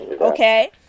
Okay